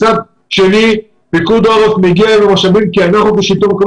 ומצד שני פיקוד העורף מגיע לתושבים - כי אנחנו בשלטון המקומי